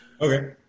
Okay